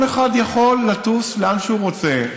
כל אחד יכול לטוס לאן שהוא רוצה,